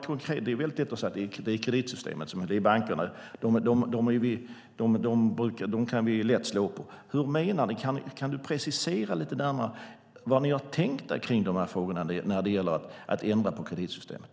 Det är väldigt lätt att säga att det handlar om kreditsystemet och att vi lätt kan slå på bankerna. Hur menar ni? Kan du precisera lite grann hur ni har tänkt kring de här frågorna när det gäller att ändra på kreditsystemet?